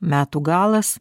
metų galas